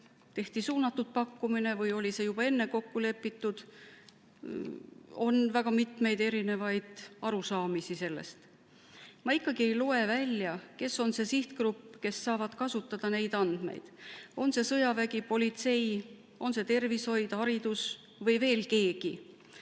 tehti suunatud pakkumine või oli see juba enne kokku lepitud? On väga mitmeid erinevaid arusaamisi sellest. Ma ikkagi ei loe siit välja, kes on see sihtgrupp, kes saavad neid andmeid kasutada – on see sõjavägi, politsei, on see tervishoid, haridus või veel keegi?